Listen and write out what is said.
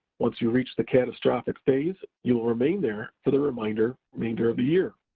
once you reach the catastrophic phase, you will remain there for the remainder remainder of the year.